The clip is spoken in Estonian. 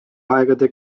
aegade